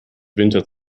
winter